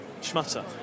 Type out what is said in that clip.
schmutter